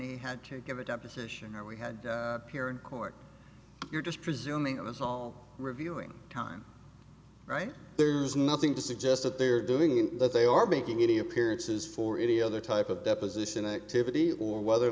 he had to give a deposition or we had here in court you're just presuming of us all reviewing time right there's nothing to suggest that they're doing and that they are making any appearances for any other type of deposition activity or whether or